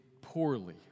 poorly